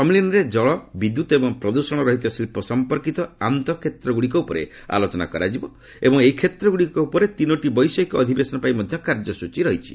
ସମ୍ମିଳନୀରେ ଜଳ ବିଦ୍ୟତ୍ ଏବଂ ପ୍ରଦୂଷଣ ରହିତ ଶିଳ୍ପ ସଂପର୍କିତ ଆନ୍ତଃକ୍ଷେତ୍ରଗୁଡ଼ିକ ଉପରେ ଆଲୋଚନା କରାଯିବ ଏବଂ ଏହି କ୍ଷେତ୍ରଗୁଡ଼ିକ ଉପରେ ତିନୋଟି ବୈଷୟିକ ଅଧିବେଶନ ପାଇଁ ମଧ୍ୟ କାର୍ଯ୍ୟସୂଚୀ ରହିଛି